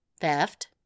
theft